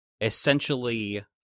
essentially